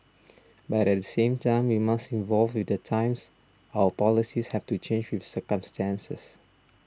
but at the same time we must evolve with the times our policies have to change with circumstances